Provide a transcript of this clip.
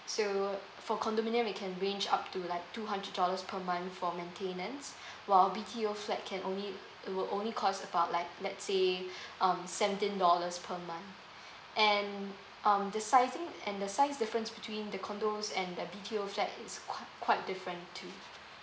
so for condominium it can range up to like two hundred dollars per month for maintenance while B_T_O flat can only will only cost about like let's say um seventeen dollars per month and um the sizing and the size difference between the condos and the B_T_O flat is qui~ quite different too